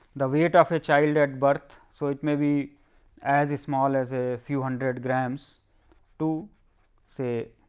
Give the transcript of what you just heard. the weight of the child at birth, so it may be as it small as a few hundred grams to say